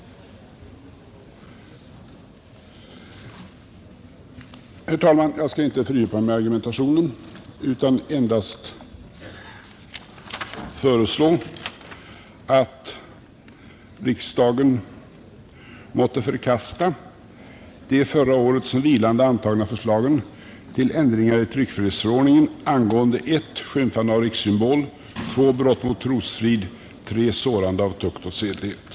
Herr talman! Jag skall inte fördjupa mig i argumentationen utan endast föreslå att riksdagen måtte förkasta de förra året som vilande antagna förslagen till ändringar i tryckfrihetsförordningen angående 1) skymfande av rikssymbol, 2) brott mot trosfrid och 3) sårande av tukt och sedlighet.